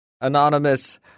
Anonymous